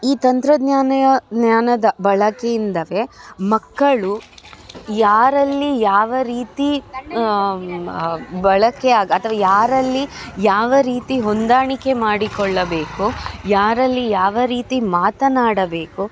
ಈ ತಂತ್ರಜ್ಞಾನ ಜ್ಞಾನದ ಬಳಕೆಯಿಂದಲೇ ಮಕ್ಕಳು ಯಾರಲ್ಲಿ ಯಾವ ರೀತಿ ಮ ಬಳಕೆಯಾಗ ಅಥವಾ ಯಾರಲ್ಲಿ ಯಾವ ರೀತಿ ಹೊಂದಾಣಿಕೆ ಮಾಡಿಕೊಳ್ಳಬೇಕು ಯಾರಲ್ಲಿ ಯಾವ ರೀತಿ ಮಾತನಾಡಬೇಕು